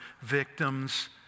victims